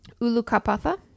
Ulukapatha